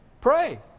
Pray